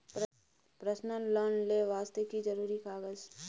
Personal loan ले वास्ते की जरुरी कागज?